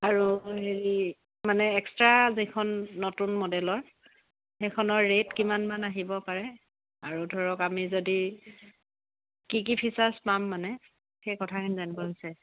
আৰু হেৰি মানে এক্সট্ৰা যিখন নতুন মডেলৰ সেইখনৰ ৰেট কিমান মান আহিব পাৰে আৰু ধৰক আমি যদি কি কি ফিচাৰ্ছ পাম মানে সেই কথাখিনি জানিব বিচাৰিছিলোঁ